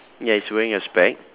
ya is wearing a spec